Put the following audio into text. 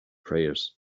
prayers